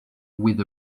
with